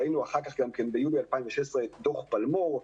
ראינו אחר כך ביולי 2016 את דוח פלמור,